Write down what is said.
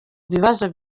bibazo